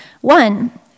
One